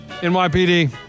NYPD